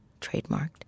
trademarked